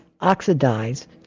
oxidize